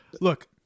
Look